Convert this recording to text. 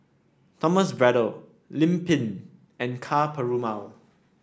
Thomas Braddell Lim Pin and Ka Perumal